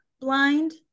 blind